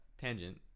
tangent